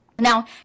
Now